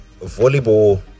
volleyball